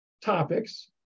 topics